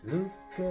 Look